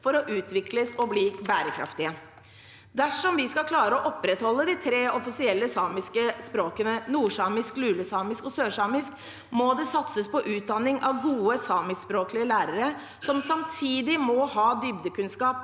for å utvikles og bli bærekraftig. Dersom vi skal klare å opprettholde de tre offisielle samiske språkene nordsamisk, lulesamisk og sørsamisk, må det satses på utdanning av gode, samiskspråklige læ